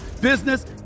business